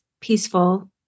peaceful